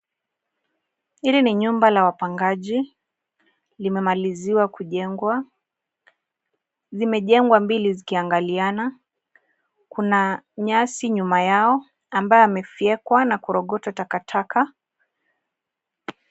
Hili ni nyumba la wapangaji limemaliziwa kujengwa, zimejengwa mbili zikiangaliana, kuna nyasi nyuma yao ambao yamefyekwa na kurokota takataka.